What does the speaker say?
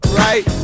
right